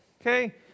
okay